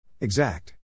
exact